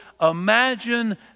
Imagine